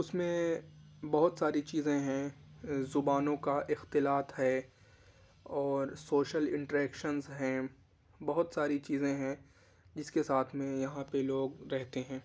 اس میں بہت ساری چیزیں ہیں زبانوں کا اختلاط ہے اور سوشل انٹریکشنس ہیں بہت ساری چیزیں ہیں جس کے ساتھ میں یہاں پہ لوگ رہتے ہیں